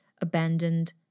abandoned